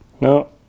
no